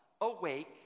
awake